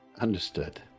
Understood